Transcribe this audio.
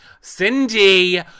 Cindy